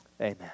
amen